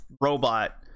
robot